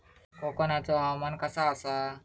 कोकनचो हवामान कसा आसा?